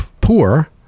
poor